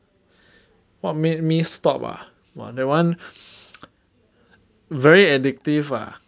what made me stop ah !wah! that [one] very addictive ah